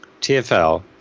tfl